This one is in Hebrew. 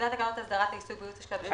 טיוטת תקנות הסדרת העיסוק בייעוץ השקעות,